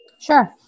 Sure